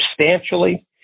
substantially